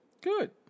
Good